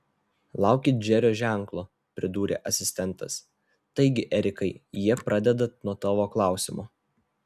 laukit džerio ženklo pridūrė asistentas taigi erikai jie pradeda nuo tavo klausimo